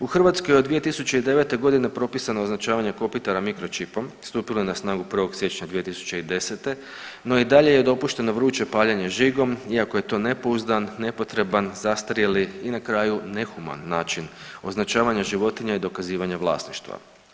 U Hrvatskoj je od 2009.g. propisano označavanje kopitara mikročipom, stupilo je na snagu 1. siječnja 2010., no i dalje je dopušteno vruće paljenje žigom iako je to nepouzdan, nepotreban, zastarjeli i na kraju nehuman način označavanja životinja i dokazivanja vlasništva.